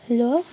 hello